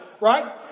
Right